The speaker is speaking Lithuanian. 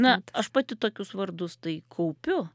na aš pati tokius vardus tai kaupiu